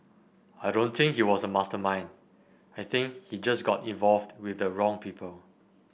I don't think he was a mastermind I think he just got involved with the wrong people